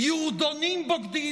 "יהודונים בוגדים",